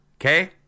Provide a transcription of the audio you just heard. okay